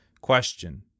Question